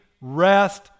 rest